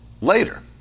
later